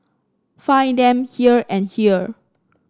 find them here and here